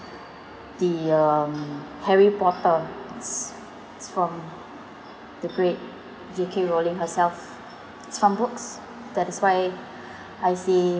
the um harry potter it's from the great J K rowling herself it's from books that is why I say